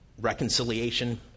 reconciliation